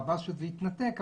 חבל שזה יתנתק,